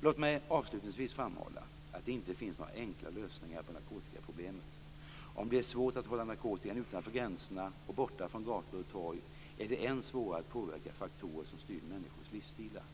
Låt mig avslutningsvis framhålla att det inte finns några enkla lösningar på narkotikaproblemet. Om det är svårt att hålla narkotikan utanför gränserna och borta från gator och torg är det än svårare att påverka faktorer som styr människors livsstilar.